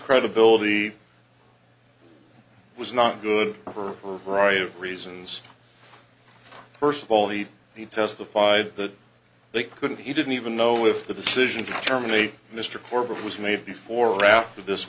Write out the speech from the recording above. credibility was not good for her right of reasons first of all the he testified that they couldn't he didn't even know if the decision to terminate mr corbett was made before or after this